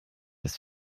ist